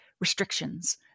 restrictions